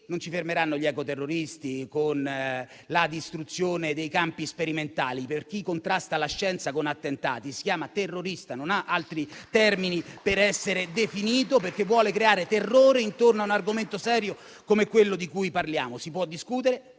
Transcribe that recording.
Non ci fermeranno gli ecoterroristi con la distruzione dei campi sperimentali. Chi contrasta la scienza con attentati si chiama terrorista. Non ci sono altri termini per definirlo. Si vuole infatti creare terrore intorno a un argomento serio come quello di cui parliamo. Si può discutere,